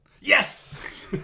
Yes